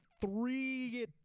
three